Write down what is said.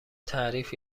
تحریف